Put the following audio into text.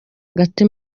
agati